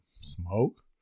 smoke